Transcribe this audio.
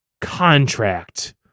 contract